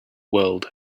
world